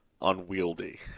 Unwieldy